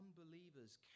unbelievers